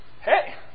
Hey